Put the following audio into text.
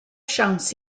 siawns